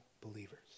believers